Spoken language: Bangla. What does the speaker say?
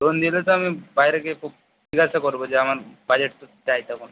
লোন নিলে তো আমি বাইরে গিয়ে খুব জিজ্ঞাসা করবো যে আমার বাজেট তো চাই তখন